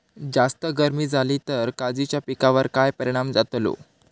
जास्त गर्मी जाली तर काजीच्या पीकार काय परिणाम जतालो?